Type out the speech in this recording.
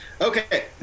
Okay